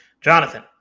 Jonathan